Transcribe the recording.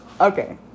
okay